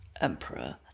emperor